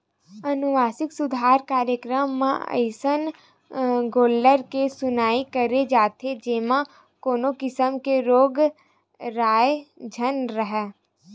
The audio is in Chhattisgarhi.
अनुवांसिक सुधार कार्यकरम म अइसन गोल्लर के चुनई करे जाथे जेमा कोनो किसम के रोग राई झन राहय